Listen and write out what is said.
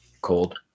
cold